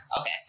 Okay